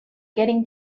getting